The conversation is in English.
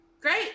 Great